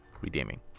redeeming